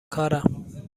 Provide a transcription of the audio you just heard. کارم